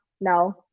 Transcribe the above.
No